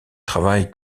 travail